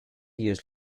years